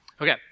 Okay